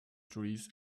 trees